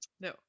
No